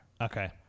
Okay